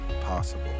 possible